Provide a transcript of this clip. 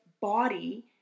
body